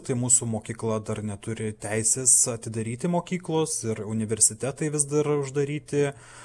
tai mūsų mokykla dar neturi teisės atidaryti mokyklos ir universitetai vis dar uždaryti